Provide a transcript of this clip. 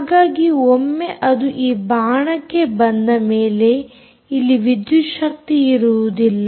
ಹಾಗಾಗಿ ಒಮ್ಮೆ ಅದು ಈ ಬಾಣಕ್ಕೆ ಬಂದ ಮೇಲೆ ಇಲ್ಲಿ ವಿದ್ಯುತ್ ಶಕ್ತಿಯಿರುವುದಿಲ್ಲ